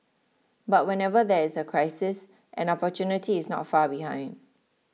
but whenever there is a crisis an opportunity is not far behind